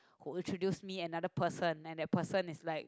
who introduce me another person and that person is like